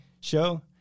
show